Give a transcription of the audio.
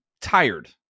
tired